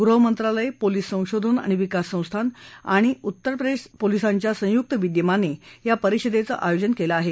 गृह मंत्रालयपोलीस संशोधन आणि विकास विभाग आणि उत्तर प्रदेश पोलिसांच्या संयुक्त विद्यमाने या परिषदेचं आयोजन केलं आहे